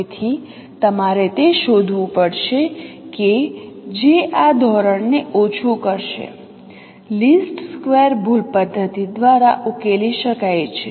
તેથી તમારે તે શોધવું પડશે કે જે આ ધોરણને ઓછું કરશે લીસ્ટ સ્ક્વેર ભૂલ પદ્ધતિ દ્વારા ઉકેલી શકાય છે